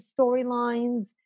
storylines